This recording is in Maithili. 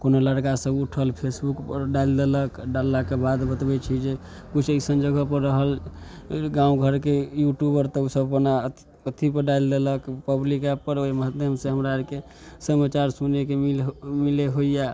कोनो लड़कासभ उठल फेसबुकपर डालि देलक डाललाके बाद बतबै छै जे किछु अइसन जगहपर रहल गामघरके यूट्यूबर तऽ ओसब बना अथी अथीपर डालि देलक पब्लिक ऐपपर ओहि माध्यमसे हमरा आरके समाचार सुनैके मिल मिलै होइए